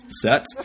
set